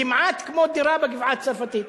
כמעט כמו דירה בגבעה-הצרפתית.